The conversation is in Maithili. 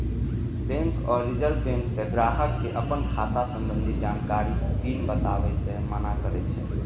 बैंक आ रिजर्व बैंक तें ग्राहक कें अपन खाता संबंधी जानकारी, पिन बताबै सं मना करै छै